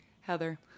Heather